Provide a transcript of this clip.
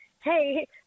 hey